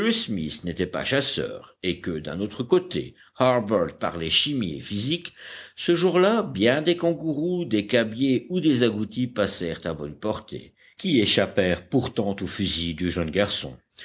smith n'était pas chasseur et que d'un autre côté harbert parlait chimie et physique ce jour-là bien des kangourous des cabiais ou des agoutis passèrent à bonne portée qui échappèrent pourtant au fusil du jeune garçon